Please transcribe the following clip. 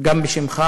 וגם בשמי.